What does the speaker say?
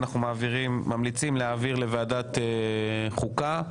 אנחנו ממליצים להעביר לוועדת חוקה.